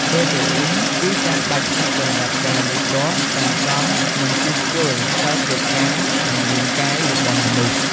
ប្រូតេអុីនគឺចាំបាច់ណាស់សម្រាប់ការលូតលាស់ សាងសង់ និងជួសជុលកោសិកាក្នុងរាងកាយរបស់មនុស្ស។